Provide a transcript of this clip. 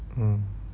mm